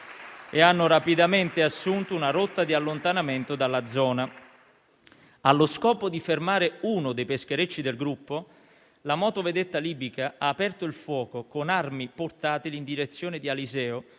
e hanno rapidamente assunto una rotta di allontanamento dalla zona. Allo scopo di fermare uno dei pescherecci del gruppo, la motovedetta libica ha aperto il fuoco, con armi portatili, in direzione di "Aliseo",